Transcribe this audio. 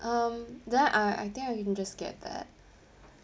um then I I think I can just get that